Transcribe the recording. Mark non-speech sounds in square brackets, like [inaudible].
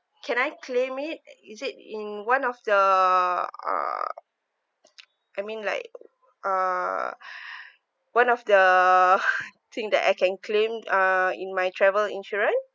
can I claim it is it in one of the uh [noise] I mean like uh [breath] one of the [laughs] thing that I can claim uh in my travel insurance